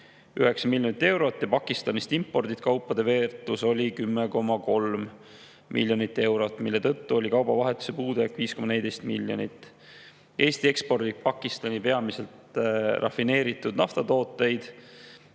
5,9 miljonit eurot ja Pakistanist imporditud kaupade väärtus 10,3 miljonit eurot, mille tõttu oli kaubavahetuse puudujääk 5,14 miljonit eurot. Eesti ekspordib Pakistani peamiselt rafineeritud naftatooteid,